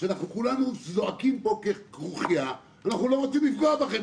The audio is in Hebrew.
אנחנו כולנו זועקים פה ככרוכיה: אנחנו לא רוצים לפגוע בכם.